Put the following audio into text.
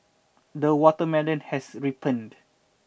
the watermelon has ripened